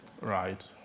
right